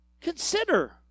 Consider